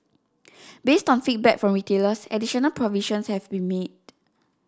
based on feedback from retailers additional provisions have been made